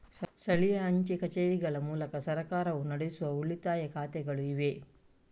ಸ್ಥಳೀಯ ಅಂಚೆ ಕಚೇರಿಗಳ ಮೂಲಕ ಸರ್ಕಾರವು ನಡೆಸುವ ಉಳಿತಾಯ ಖಾತೆಗಳು ಇವೆ